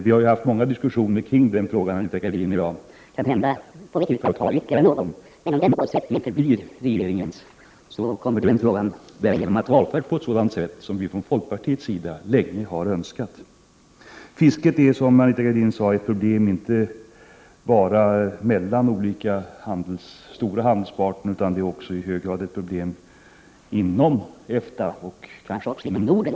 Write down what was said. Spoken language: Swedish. Vi har ju haft många diskussioner kring denna fråga, Anita Gradin och jag. Kanhända får vi tillfälle att ha ytterligare någon diskussion, men om det nämnda målet kommer att förbli regeringens, kommer den frågan därigenom att vara avförd från diskussion på ett sådant sätt som vi från folkpartiets sida länge har önskat. Fisket är, som Anita Gradin sade, ett problem inte bara mellan olika stora handelspartner. Det är också i hög grad ett problem inom EFTA och kanske också inom Norden.